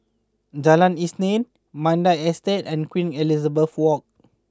Jalan Isnin Mandai Estate and Queen Elizabeth Walk